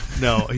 no